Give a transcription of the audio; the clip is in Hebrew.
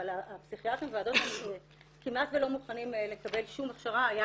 אבל הפסיכיאטרים בוועדות כמעט לא מוכנים לקבל שום הכשרה,